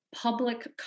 public